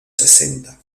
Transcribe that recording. sesenta